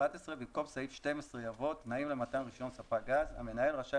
במקום סעיף 12 יבוא: "12.תנאים למתן רישיון ספק גז המנהל רשאי